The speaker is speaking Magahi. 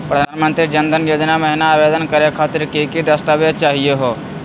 प्रधानमंत्री जन धन योजना महिना आवेदन करे खातीर कि कि दस्तावेज चाहीयो हो?